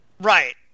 Right